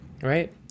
Right